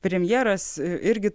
premjeras irgi